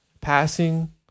passing